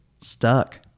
stuck